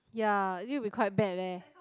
yeah actually we quite bad leh